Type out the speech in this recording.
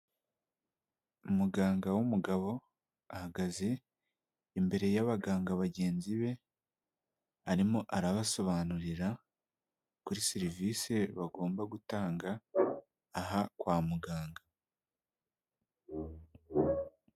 Umuganga w'umugabo ahagaze imbere y'abaganga bagenzi be arimo arabasobanurira kuri serivisi bagomba gutanga aha kwa muganga.